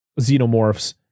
xenomorphs